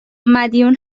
مدیون